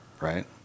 Right